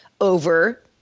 over